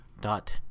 dot